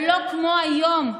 ולא כמו היום,